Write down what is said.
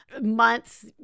months